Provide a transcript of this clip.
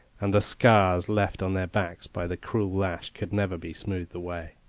and the scars left on their backs by the cruel lash could never be smoothed away.